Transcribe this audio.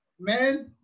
Man